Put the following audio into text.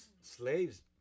slaves